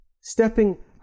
stepping